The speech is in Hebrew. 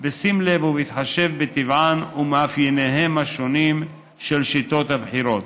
בשים לב ובהתחשב בטבען ומאפייניהם השונים של שיטות הבחירות.